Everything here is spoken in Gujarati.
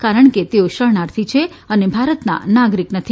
કારણ કે તેઓ શરણાર્થી છે અને ભારતના નાગરીક નથી